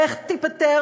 איך תיפתר